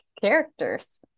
characters